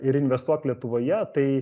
ir investuok lietuvoje tai